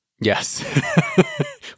Yes